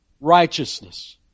Righteousness